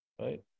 right